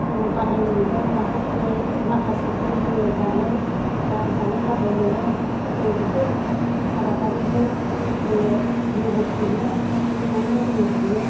बाहायनो मोनगोन माखासेखौ जों जानो जानो थाखाय मोनो जों बहुद आबादारिजों जोंङो जिउबो खुंनो खुंलांनो जों हायो